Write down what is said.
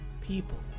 people